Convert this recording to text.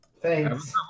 thanks